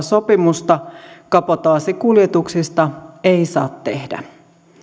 sopimusta kabotaasikuljetuksista ei saa tehdä